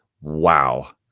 Wow